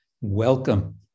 welcome